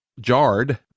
jarred